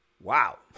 Wow